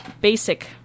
basic